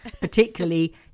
particularly